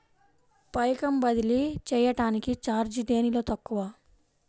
పైకం బదిలీ చెయ్యటానికి చార్జీ దేనిలో తక్కువ?